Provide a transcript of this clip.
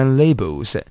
labels